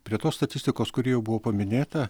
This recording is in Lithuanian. prie tos statistikos kuri jau buvo paminėta